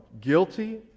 Guilty